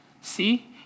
See